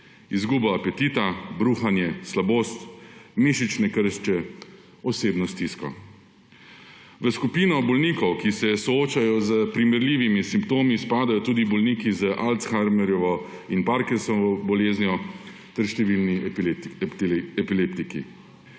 izgubo apetita, bruhanje, slabost, mišične krče, osebno stisko. V skupino bolnikov, ki se soočajo s primerljivimi simptomi, spadajo tudi bolniki z Alzheimerjevo in Parkinsovo boleznijo ter številni epileptiki.